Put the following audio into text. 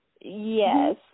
yes